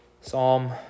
Psalm